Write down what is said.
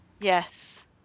yes